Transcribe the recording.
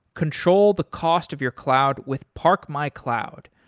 control the cost of your cloud with parkmycloud.